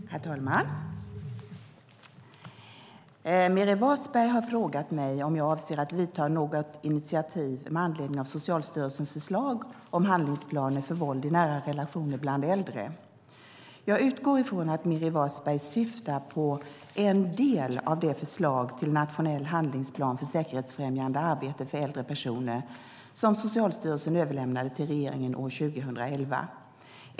Herr talman! Meeri Wasberg har frågat mig om jag avser att ta något initiativ med anledning av Socialstyrelsens förslag om handlingsplaner för våld i nära relationer bland äldre. Jag utgår från att Meeri Wasberg syftar på en del av det förslag till nationell handlingsplan för säkerhetsfrämjande arbete för äldre personer som Socialstyrelsen överlämnade till regeringen år 2011.